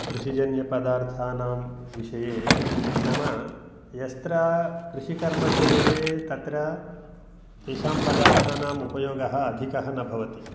कृषिजन्यपदार्थानां विषये नाम यत्र कृषिकर्म क्रियते तत्र तेषां पदार्थानां उपयोगः अधिकः न भवति